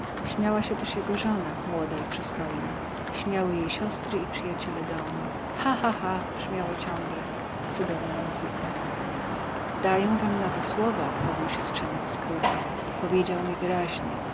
śmiała się jego żona młoda i przystojna śmiały jej siostry i przyjaciele domu ha ha ha brzmiało ciągle cudowna muzyka daję wam na to słowo mówił siostrzeniec scroogea powiedział mi wyraźnie